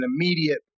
immediate